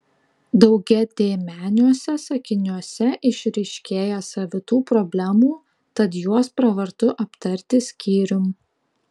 daugiadėmeniuose sakiniuose išryškėja savitų problemų tad juos pravartu aptarti skyrium